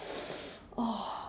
oh